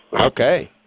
Okay